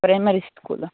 primary school